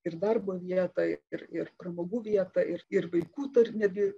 ir darbo vietą ir ir pramogų vietą ir ir vaikų dar netgi